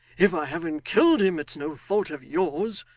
if i haven't killed him, it's no fault of yours.